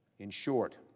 in short,